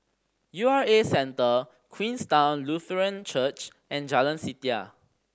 U R A Centre Queenstown Lutheran Church and Jalan Setia